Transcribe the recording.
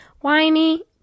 whiny